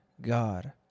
God